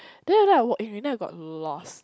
then after I walk in already and then I got lost